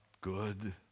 good